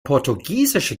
portugiesische